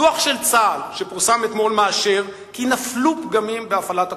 דוח של צה"ל שפורסם אתמול מאשר כי נפלו פגמים בהפעלת הכוחות.